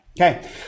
Okay